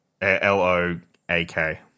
L-O-A-K